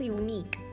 unique